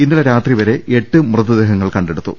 ഇന്നലെ രാത്രി വരെ എട്ട് മൃതദേഹങ്ങൾ കണ്ടെടുത്തു